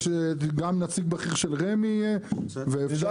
ושגם נציג בכיר של רמ"י יהיה ומנהל רשות האכיפה.